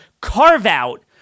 carve-out